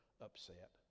upset